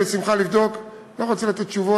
בשמחה נבדוק, אני לא רוצה לתת תשובות